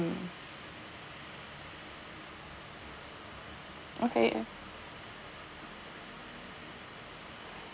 mm okay uh